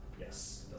Yes